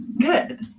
Good